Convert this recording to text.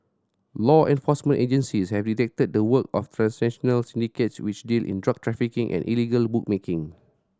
law enforcement agencies have detected the work of transnational syndicates which deal in drug trafficking and illegal bookmaking